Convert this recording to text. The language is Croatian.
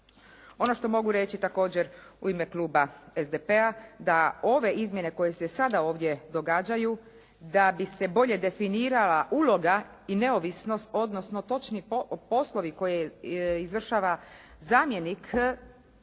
ono što mogu reći također u ime Kluba SDP-a da ove izmjene koje se sada ovdje događaju da bi se bolje definirala uloga i neovisnost odnosno točni poslovi koje izvršava zamjenik